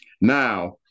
Now